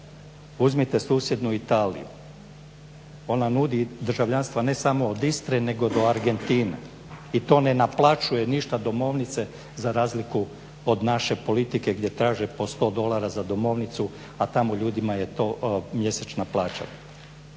Uzmite susjednu Italiju. Ona nudi državljanstvo ne samo od Istre nego do Argentine. I to ne naplaćuje ništa domovnice za razliku od naše politike gdje traže po 100 dolara za domovnicu, a tamo ljudima je to mjesečna plaća.